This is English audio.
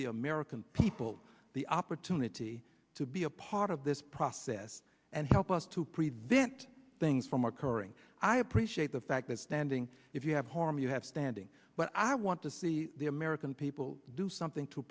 the american people the opportunity to be a part of this process and help us to prevent things from occurring i appreciate the fact that standing you have harm you have standing but i want to see the american people do something to